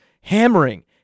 hammering